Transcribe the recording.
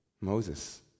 Moses